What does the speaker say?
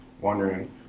wondering